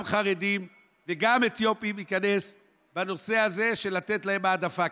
גם חרדים וגם אתיופים ייכנסו בנושא הזה של לתת להם העדפה.